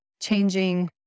changing